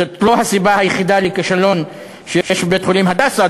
זאת לא הסיבה היחידה לכישלון בבית-חולים "הדסה",